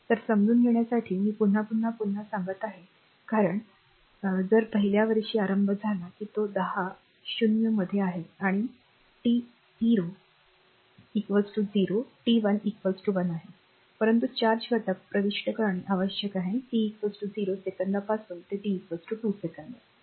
तर समजून घेण्यासाठी मी पुन्हा पुन्हा पुन्हा सांगत आहे कारण आणि जर पहिल्याच वर्षी आरंभ झाला की तो दहा 0 मधील आहे आणि टी 0 0 टी 1 1 आहे परंतु चार्ज घटक प्रविष्ट करणे आवश्यक आहे टी 0 सेकंदापासून ते टी 2 सेकंदात